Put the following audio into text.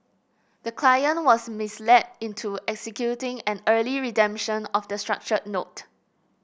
the client was misled into executing an early redemption of the structured note